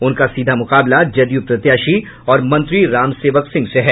उनका सीधा मुकाबला जदयू प्रत्याशी और मंत्री राम सेवक सिंह से हैं